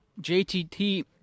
JTT